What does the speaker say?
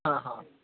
हा हा